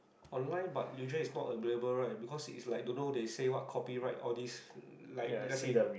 online but usually is not available right because it's like don't know they say what copyright all this like let's say you